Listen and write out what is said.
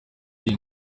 iyi